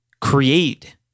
create